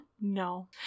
No